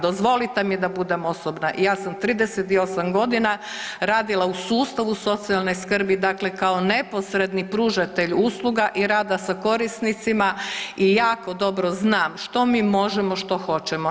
Dozvolite mi da budem osobna, ja sam 38.g. radila u sustavu socijalne skrbi, dakle kao neposredni pružatelj usluga i rada sa korisnicima i jako dobro znam što mi možemo, što hoćemo.